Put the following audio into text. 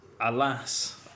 Alas